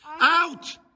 Out